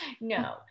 no